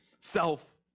self